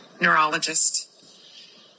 neurologist